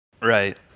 Right